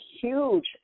huge